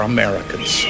Americans